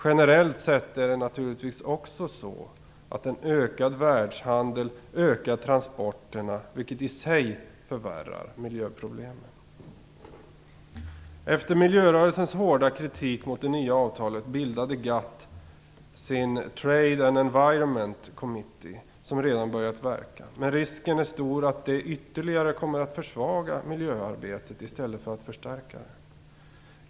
Generellt sett är det naturligtvis också så, att en ökad världshandel ökar transporterna, vilket i sig förvärrar miljöproblemen. Efter miljörörelsens hårda kritik mot det nya avtalet bildade GATT sin Trade and Environment Committee, som redan börjat verka. Risken är stor att det ytterligare kommer att försvaga miljöarbetet i stället för att förstärka det.